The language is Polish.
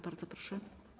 Bardzo proszę.